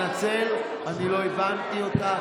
מתנצל, אני לא הבנתי אותך.